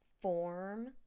form